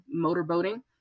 motorboating